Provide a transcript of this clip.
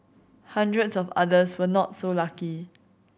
hundreds of others were not so lucky